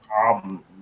problem